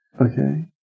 Okay